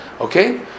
Okay